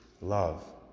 love